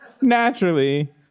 naturally